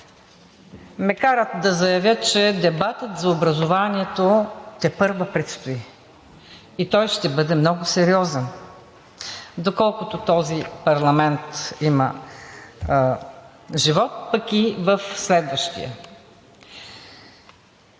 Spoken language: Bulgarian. ме кара да заявя, че дебатът за образованието тепърва предстои. Той ще бъде много сериозен, доколкото този парламент има живот, пък и в следващия.